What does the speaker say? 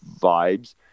vibes